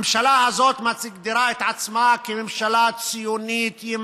הממשלה הזאת מגדירה את עצמה כממשלה ציונית-ימנית,